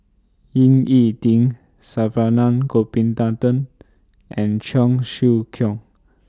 Ying E Ding Saravanan Gopinathan and Cheong Siew Keong